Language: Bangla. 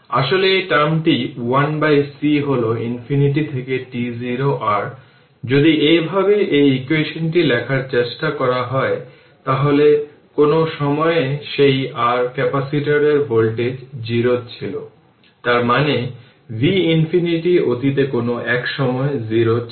আসলে এই টার্ম 1c হল ইনফিনিটি থেকে t0 r যদি এইভাবে এই ইকুয়েশনটি লেখার চেষ্টা করা হয় তাহলে কোনো সময়ে সেই r ক্যাপাসিটরের ভোল্টেজ 0 ছিল তার মানে v ইনফিনিটি অতীতে কোন এক সময়ে 0 ছিল